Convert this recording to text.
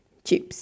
chips